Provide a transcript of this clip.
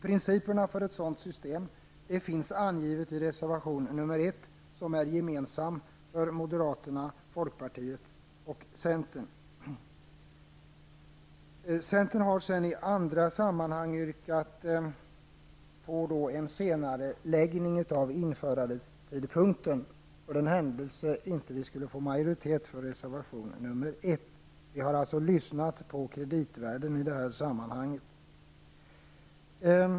Principerna för ett sådant system finns angivet i reservation nr 1 som är gemensam för moderaterna, folkpartiet och centern. Centern har i andra hand yrkat på en senareläggning av införandetidpunkten för den händelse att vi inte skulle få majoritet för reservation nr 1. Vi har således lyssnat på kreditvärlden i det här sammanhanget.